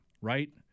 Right